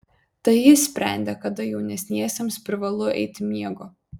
tai jis sprendė kada jaunesniesiems privalu eiti miego